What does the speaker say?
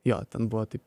jo ten buvo taip